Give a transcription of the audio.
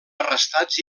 arrestats